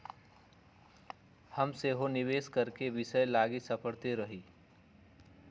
हम सेहो निवेश करेके विषय लागी सपड़इते रही